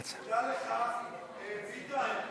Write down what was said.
התשע"ז 2017,